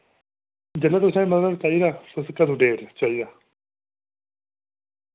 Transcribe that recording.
जिल्लै तुसें मतलब चाहिदा तुसें कदूं डेट चाहिदा